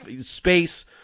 Space